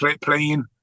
playing